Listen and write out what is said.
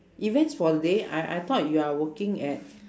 events for the day I I thought you are working at